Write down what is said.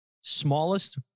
Smallest